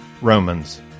Romans